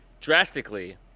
drastically